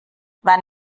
wann